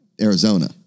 Arizona